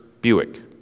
Buick